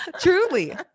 truly